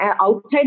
outside